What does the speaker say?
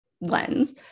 lens